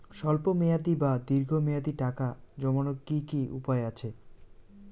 স্বল্প মেয়াদি বা দীর্ঘ মেয়াদি টাকা জমানোর কি কি উপায় আছে?